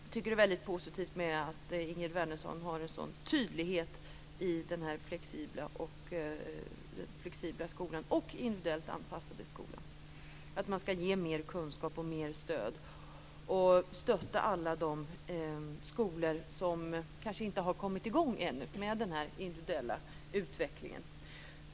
Jag tycker att det är positivt att Ingegerd Wärnersson har en sådan tydlighet när det gäller den flexibla skolan och den individuellt anpassade skolan. Man ska ge mer kunskap och mer stöd, och stötta alla de skolor som kanske inte har kommit i gång ännu med den individuella utvecklingen.